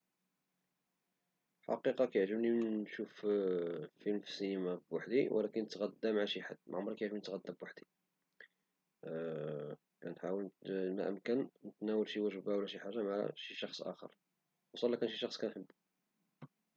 في الحقيقة كيعجبني نشوف فيلم سينمائي بوحدي ولكن نتغذى مع شي حد، معمري كيعجبني نتغذى بوحدي كنحاول ما أمكن نتناول شي وجبة أو شي حاجة مع شي شخص آخر خصوصا اذا كان شي شخص كنحبو.